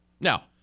Now